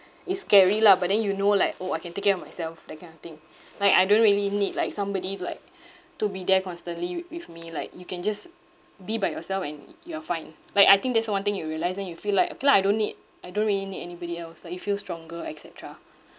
it's scary lah but then you know like orh I can take care of myself that kind of thing like I don't really need like somebody like to be there constantly wi~ with me like you can just be by yourself and you are fine like I think that's one thing you realised then you feel like okay lah I don't need I don't really need anybody else like you feel stronger etcetera